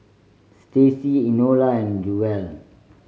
Staci Enola and Jewell